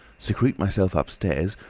secrete myself upstairs,